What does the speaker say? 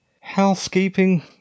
housekeeping